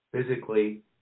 physically